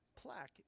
plaque